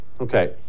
Okay